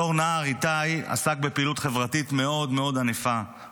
בתור נער איתי עסק בפעילות חברתית מאוד מאוד ענפה,